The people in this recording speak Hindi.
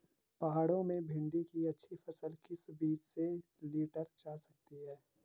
पहाड़ों में भिन्डी की अच्छी फसल किस बीज से लीटर जा सकती है?